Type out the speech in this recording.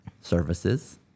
services